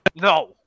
No